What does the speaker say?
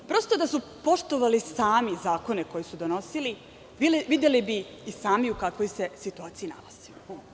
Da su poštovali sami zakone koje su donosili, videli bi i sami u kakvoj se situaciji nalaze.